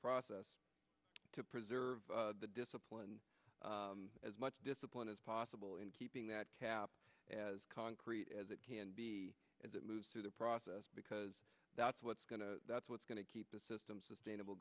process to preserve the discipline as much discipline as possible in keeping that cap as concrete as it can be as it moves through the process because that's what's going to that's what's going to keep the system sustainable